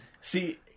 See